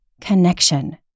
connection